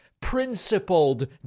principled